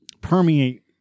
permeate